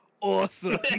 awesome